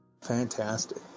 fantastic